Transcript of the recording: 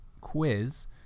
quiz